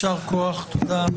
יישר כוח, תודה.